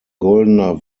goldener